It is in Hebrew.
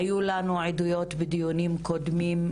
היו לנו עדויות בדיונים קודמים,